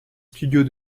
studios